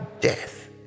death